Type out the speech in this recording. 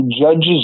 judge's